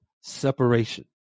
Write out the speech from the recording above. separation